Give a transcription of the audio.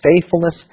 faithfulness